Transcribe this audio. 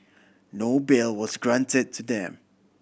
no bail was granted to them